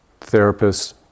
therapists